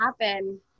happen